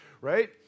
right